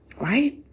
Right